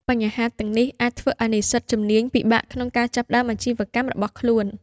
បញ្ហាទាំងនេះអាចធ្វើឱ្យនិស្សិតជំនាញពិបាកក្នុងការចាប់ផ្តើមអាជីវកម្មរបស់ខ្លួន។